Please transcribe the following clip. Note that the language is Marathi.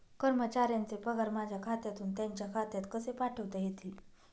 कर्मचाऱ्यांचे पगार माझ्या खात्यातून त्यांच्या खात्यात कसे पाठवता येतील?